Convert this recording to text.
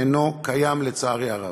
אינו קיים לצערי הרב.